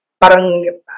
parang